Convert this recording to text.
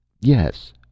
Yes